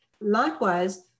Likewise